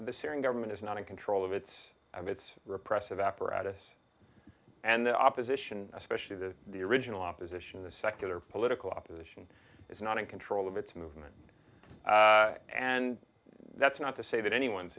the syrian government is not in control of it of its repressive apparatus and the opposition especially the the original opposition the secular political opposition is not in control of its movement and that's not to say that anyone's